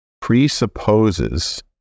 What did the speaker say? presupposes